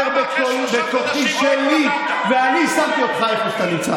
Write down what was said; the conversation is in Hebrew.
הייתה, לא, לא, היא לא יכולה.